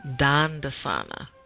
Dandasana